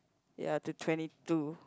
ya two twenty two